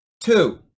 Two